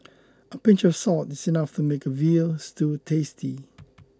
a pinch of salt is enough to make a Veal Stew tasty